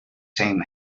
same